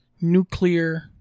nuclear